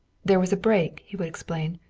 there was a break, he would explain.